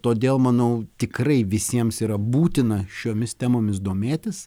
todėl manau tikrai visiems yra būtina šiomis temomis domėtis